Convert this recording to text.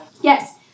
Yes